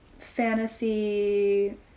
fantasy